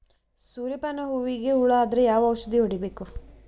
ಸೂರ್ಯ ಪಾನ ಹೂವಿಗೆ ಹುಳ ಆದ್ರ ಯಾವ ಔಷದ ಹೊಡಿಬೇಕು?